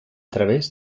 través